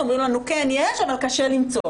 אומרים לנו: כן, יש, אבל קשה למצוא.